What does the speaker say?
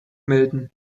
melden